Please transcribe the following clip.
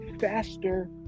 faster